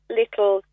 little